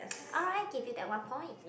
alright give you that one point